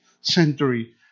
century